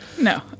No